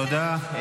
תודה.